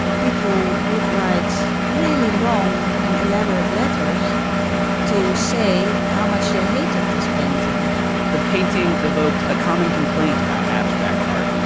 people would write really long and elaborate letters to say how much they hated this painting the painting evoked a common complaint about abstract art,